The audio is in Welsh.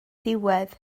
diwedd